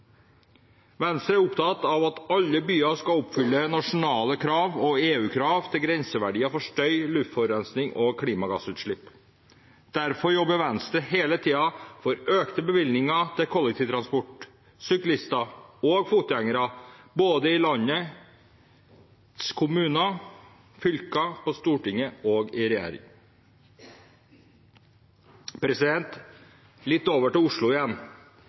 Venstre er opptatt av at alle byer skal oppfylle nasjonale krav og EU-krav til grenseverdier for støy, luftforurensning og klimagassutslipp. Derfor jobber Venstre hele tiden for økte bevilgninger til kollektivtransport, syklister og fotgjengere i både landets kommuner, fylker, på Stortinget og i regjering. Litt over til Oslo igjen: